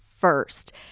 first